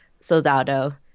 Soldado